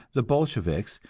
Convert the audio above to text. the bolsheviks,